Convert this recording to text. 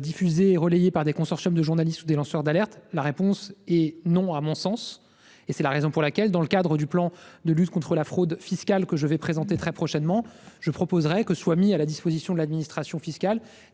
diffusées et relayées par des consortiums de journalistes ou des lanceurs d'alerte, la réponse, à mon sens, est non. C'est la raison pour laquelle, dans le cadre du plan de lutte contre la fraude fiscale que je présenterai très prochainement, je proposerai que soient mis à la disposition de l'administration fiscale